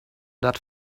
that